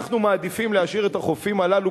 אנחנו מעדיפים להשאיר את החופים הללו